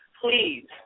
please